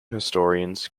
historians